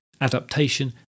adaptation